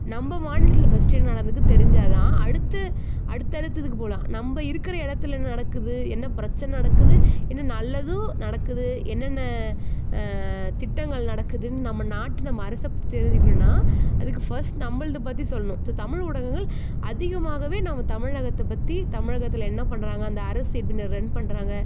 நம்ம மாநிலத்தில் ஃபஸ்ட்டு என்ன நடந்திருக்குன்னு தெரிஞ்சால்தான் அடுத்த அடுத்த அடுத்ததுக்கு போகலாம் நம்ம இருக்கிற இடத்துல என்ன நடக்குது என்ன பிரச்சின நடக்குது என்ன நல்லது நடக்குது என்னென்ன திட்டங்கள் நடக்குதுன்னு நம்ம நாட்டில் நம்ம அரசை பற்றி தெரிஞ்சுக்கணுன்னா அதுக்கு ஃபஸ்ட் நம்மளது பற்றி சொல்லணும் ஸோ தமிழ் ஊடகங்கள் அதிகமாகவே நம்ம தமிழகத்தை பற்றி தமிழகத்தில் என்ன பண்ணுறாங்க அந்த அரசு எப்படி ரன் பண்ணுறாங்க